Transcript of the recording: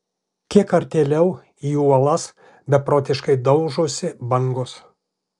kiek artėliau į uolas beprotiškai daužosi bangos